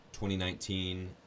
2019